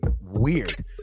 weird